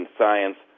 science